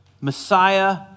Messiah